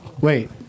Wait